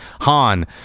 Han